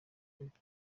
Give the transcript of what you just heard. pariki